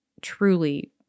truly